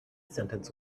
sentence